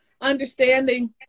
understanding